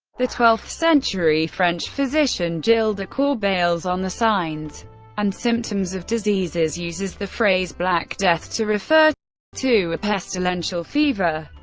the twelfth century french physician gilles de corbeil's on the signs and symptoms of diseases uses the phrase black death to refer to a pestilential fever.